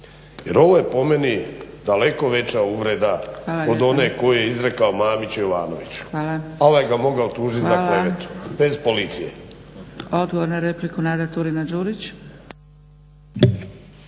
Jer ovo je po meni daleko veća uvreda od one koju je izrekao Mamić Jovanoviću. Ovaj ga mogao tužiti za klevetu bez policije.